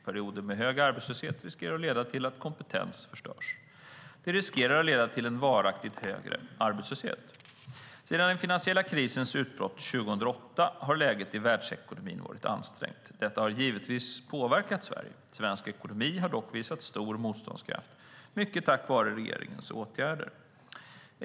Perioder med hög arbetslöshet riskerar att leda till att kompetens förstörs. Det riskerar att leda till en varaktigt högre arbetslöshet. Sedan den finansiella krisens utbrott 2008 har läget i världsekonomin varit ansträngt. Detta har givetvis påverkat Sverige. Svensk ekonomi har dock visat stor motståndskraft, mycket tack vare regeringens åtgärder.